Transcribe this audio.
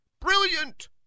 Brilliant